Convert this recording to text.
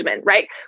right